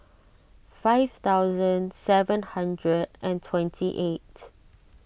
five thousand seven hundred and twenty eight